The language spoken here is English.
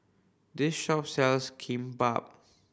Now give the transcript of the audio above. this shop sells Kimbap